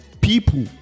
People